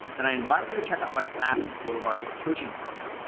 then i invite you to check out my sas, go-to-market coaching program.